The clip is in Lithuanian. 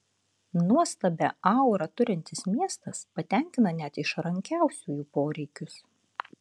nuostabią aurą turintis miestas patenkina net išrankiausiųjų poreikius